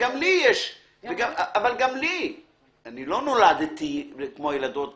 לא כמו הבנות שלי,